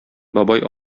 бабай